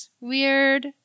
weird